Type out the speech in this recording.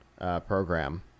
program